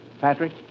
Patrick